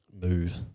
move